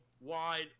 Wide